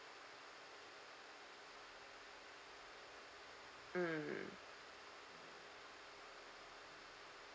mm